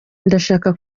ndashaka